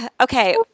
Okay